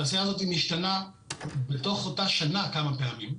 התעשייה הזו משתנה לתוך אותה שנה כמה פעמים.